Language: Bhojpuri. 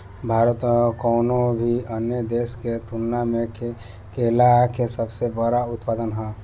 भारत कउनों भी अन्य देश के तुलना में केला के सबसे बड़ उत्पादक ह